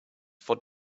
for